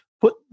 put